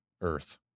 earth